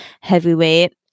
heavyweight